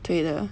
对的